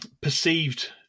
perceived